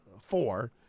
four